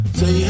say